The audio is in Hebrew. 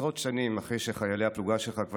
עשרות שנים אחרי שחיילי הפלוגה שלו כבר